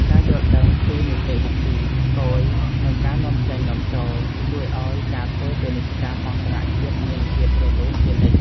ការយល់ដឹងពីនីតិវិធីគយនិងការនាំចេញនាំចូល ជួយឱ្យការធ្វើពាណិជ្ជកម្មអន្តរជាតិមានភាពរលូនជានិច្ច។